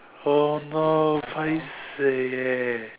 oh no paiseh eh